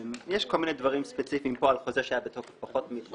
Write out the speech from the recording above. יש כל מיני דברים ספציפיים פה על חוזה שהיה בתוקף פחות מתקופות מסוימות.